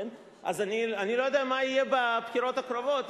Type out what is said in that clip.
אז אני לא יודע מה יהיה בבחירות הקרובות,